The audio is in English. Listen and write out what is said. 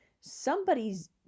Somebody's